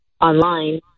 online